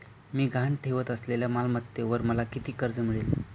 मी गहाण ठेवत असलेल्या मालमत्तेवर मला किती कर्ज मिळेल?